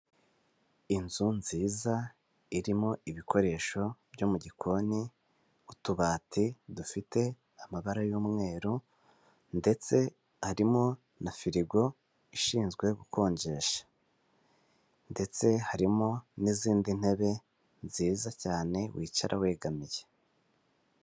Inzu nziza irimo ibikoresho byo mugikoni, utubati dufite amabara y'umweru ndetse harimo firigo ishinzwe gukonjesha ndetse harimo n'izindi ntebe nziza cyane wicara wegamiye.